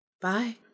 Bye